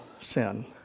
sin